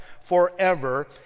forever